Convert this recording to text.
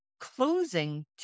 closing